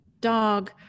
dog